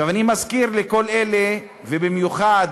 אני מזכיר לכל אלה, ובמיוחד,